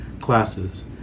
classes